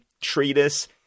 treatise